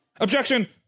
Objection